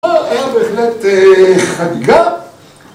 והיה בהחלט חגיגה